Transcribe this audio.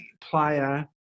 playa